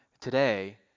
today